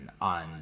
on